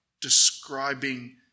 describing